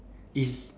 is